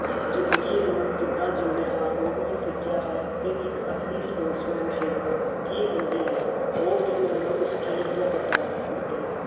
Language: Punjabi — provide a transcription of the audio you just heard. ਜ਼ਿੰਦਗੀ ਨੂੰ ਕਿੱਦਾਂ ਜਿਉਦੇ ਹਾਂ ਉਹ ਵੀ ਸਿੱਖਿਆ ਹੈ ਅਤੇ ਇੱਕ ਅਸਲੀ ਸਪੋਟਸਮੈਨਸ਼ਿਪ ਕੀ ਹੁੰਦੀ ਹੈ ਉਹ ਵੀ ਮੈਨੂੰ ਇਸ ਖੇਡ ਤੋਂ ਪਤਾ ਹੈ ਲੱਗਿਆ ਹੈ